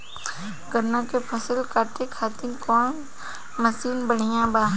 गन्ना के फसल कांटे खाती कवन मसीन बढ़ियां बा?